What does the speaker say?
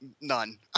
None